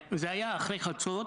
זה היה אחרי חצות,